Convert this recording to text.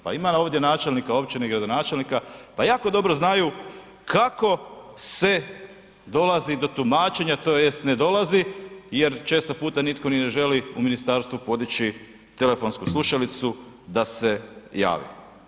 Pa ima ovdje načelnika općine i gradonačelnika, pa jako dobro znaju kako se dolazi do tumačenja, tj. ne dolazi jer često puta nitko ni ne želi u ministarstvu podići telefonsku slušalicu da se javi.